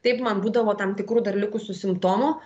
taip man būdavo tam tikrų dar likusių simptomų